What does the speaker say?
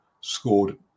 scored